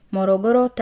Morogoro